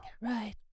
Right